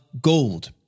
gold